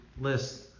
list